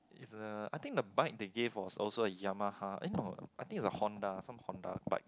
is a I think the bike they give was also a Yamaha eh no I think is a Honda some Honda bike